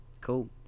cool